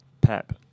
Pep